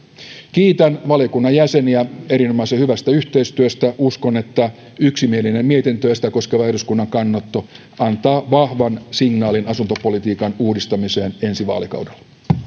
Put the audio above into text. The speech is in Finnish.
kiitän valiokunnan jäseniä erinomaisen hyvästä yhteistyöstä uskon että yksimielinen mietintö ja sitä koskeva eduskunnan kannanotto antaa vahvan signaalin asuntopolitiikan uudistamiseen ensi vaalikaudella